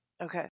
okay